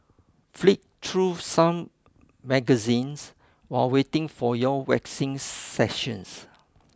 flick through some magazines while waiting for your waxing session